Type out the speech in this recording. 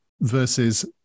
versus